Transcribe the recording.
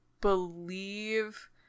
believe